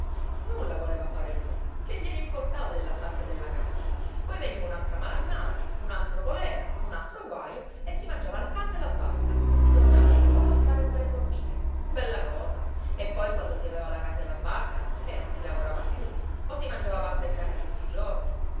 nulla voleva fare lui che gliene importava della barca e della casa poi veniva un'altra malannata un altro colèra un altro guajo e si mangiava la casa e la barca e si tornava di nuovo a fare come le formiche bella cosa e poi quando si aveva la casa e la barca che non si lavorava più o si mangiava pasta e carne tutti i giorni